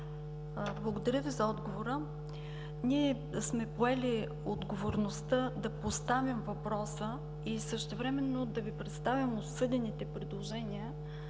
благодаря Ви за отговора. Ние сме поели отговорността да поставим въпроса и същевременно да Ви представим обсъдените предложения,